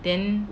then